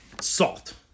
salt